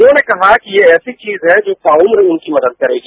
उन्होंने कहा कि यह ऐसी चीज है जो ताउम्र उनकी मदद करेगी